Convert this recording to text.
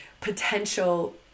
potential